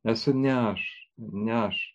esu ne aš ne aš